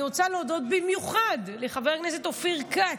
אני רוצה להודות במיוחד לחבר הכנסת אופיר כץ,